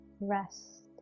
rest